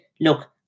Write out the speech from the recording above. look